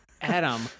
Adam